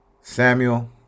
Samuel